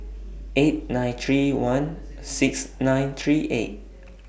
eight nine three one six nine three eight